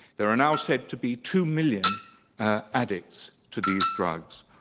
there are now said to be two million ah addicts to these drugs,